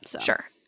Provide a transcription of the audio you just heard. Sure